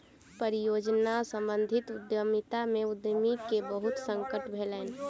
परियोजना सम्बंधित उद्यमिता में उद्यमी के बहुत संकट भेलैन